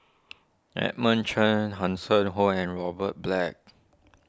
Edmund Cheng Hanson Ho and Robert Black